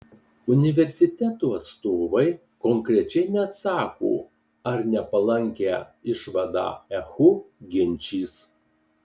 universiteto atstovai konkrečiai neatsako ar nepalankią išvadą ehu ginčys